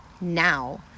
now